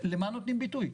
נותנים ביטוי?